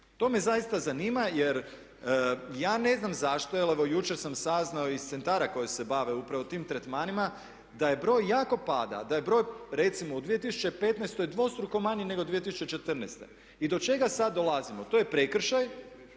To me zaista zanima jer ja ne znam zašto jer evo jučer sam saznao iz centara koji se bave upravo tim tretmanima da je broj, jako pada, da je broj recimo u 2015. dvostruko manji nego 2014. I do čega sada dolazimo? To je prekršaj